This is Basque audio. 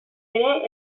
ere